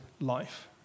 life